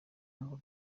ngo